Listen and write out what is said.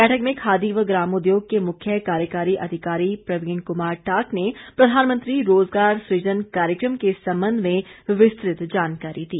बैठक में खादी व ग्रामोद्योग के मुख्य कार्यकारी अधिकारी प्रवीण कुमार टाक ने प्रधानमंत्री रोजगार सुजन कार्यक्रम के संबंध में विस्तृत जानकारी दी